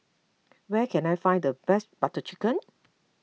where can I find the best Butter Chicken